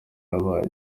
yabaye